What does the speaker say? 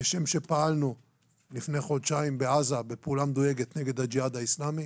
כשם שפעלנו לפני חודשיים בעזה בפעולה מדויקת נגד הג'יהאד האסלאמי,